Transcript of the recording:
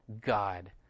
God